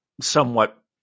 somewhat